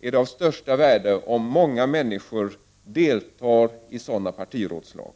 är det av stort värde om många människor deltar i sådana partirådslag.